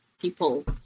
people